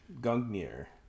Gungnir